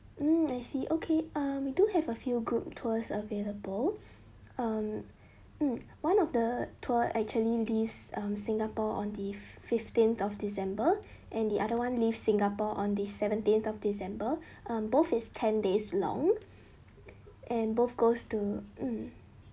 mm I see okay uh we do have a few group tours available um mm one of the tour actually leaves um singapore on the fifteenth of december and the other one leave singapore on the seventeenth of december um both is ten days long and both goes to mm